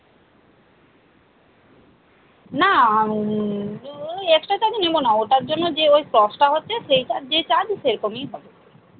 আর শেষ একটা কথা আর শেষ একটা কথা বলছি একটা জামা প্যান্ট শর্ট করতে একটা জামা শর্ট করতে বডি ফিটিংস তাতে হচ্ছে কত টাকা পড়বে একটা জামাতে